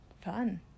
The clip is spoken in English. fun